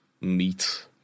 meat